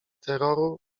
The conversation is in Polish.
terroru